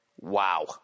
Wow